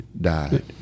died